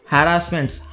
Harassments